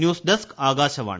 news desk Akashvani